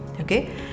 Okay